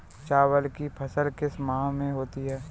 चावल की फसल किस माह में होती है?